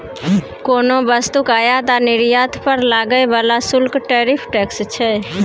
कोनो वस्तुक आयात आ निर्यात पर लागय बला शुल्क टैरिफ टैक्स छै